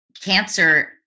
cancer